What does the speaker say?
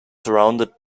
surrounded